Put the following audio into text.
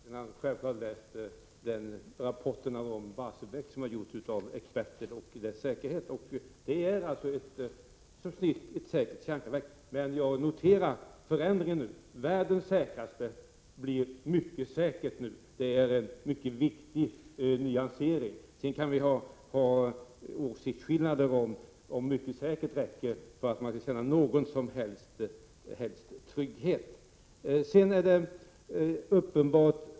Fru talman! Jag har själv läst den rapport som experterna gjort om Barsebäcks säkerhet. Det är ett genomsnittligt säkert kärnkraftverk. Men jag noterar förändringen hos Sten Andersson i Malmö: Världens säkraste blir mycket säkert. Det är en mycket viktig nyansering. Vi kan ha olika åsikter om hur säkert ett verk skall vara för att man skall känna trygghet.